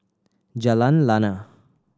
Jalan Lana